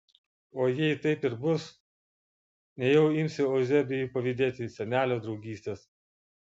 o jei taip ir bus nejau imsi euzebijui pavydėti senelio draugystės